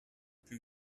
più